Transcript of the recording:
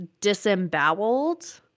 disemboweled